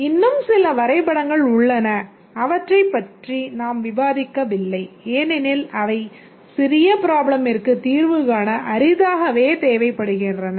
இன்னும் சில வரைபடங்கள் உள்ளன அவற்றைப் பற்றி நாம் விவாதிக்கவில்லை ஏனெனில் அவை சிறிய ப்ராப்ளமிற்கு தீர்வு காண அரிதாகவே தேவைப்படுகின்றன